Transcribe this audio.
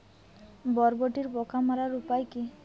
বরবটির পোকা মারার উপায় কি?